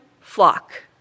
flock